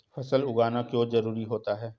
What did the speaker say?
फसल उगाना क्यों जरूरी होता है?